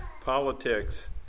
politics